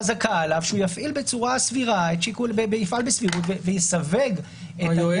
חזקה עליו שהוא יפעל בסבירות ויסווג עניין